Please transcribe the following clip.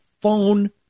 phone